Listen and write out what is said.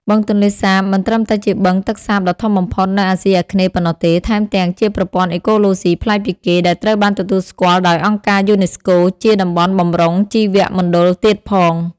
បឹងទន្លេសាបមិនត្រឹមតែជាបឹងទឹកសាបដ៏ធំបំផុតនៅអាស៊ីអាគ្នេយ៍ប៉ុណ្ណោះទេ ថែមទាំងជាប្រព័ន្ធអេកូឡូស៊ីប្លែកពីគេ ដែលត្រូវបានទទួលស្គាល់ដោយអង្គការយូណេស្កូជាតំបន់បម្រុងជីវមណ្ឌលទៀតផង។